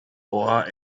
boah